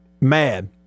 mad